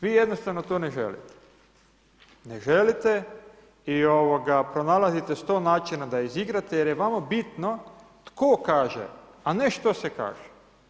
Vi jednostavno to ne želite, ne želite i pronalazite 100 načina da izigrate jer je vama bitno tko kaže a ne što se kaže.